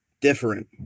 different